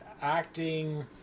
acting